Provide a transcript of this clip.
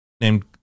named